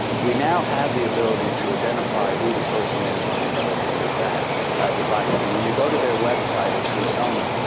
we now have the ability to identify who the person is on the other end of that device. and when you go to their website at trusona,